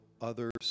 others